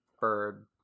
bird